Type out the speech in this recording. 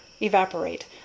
evaporate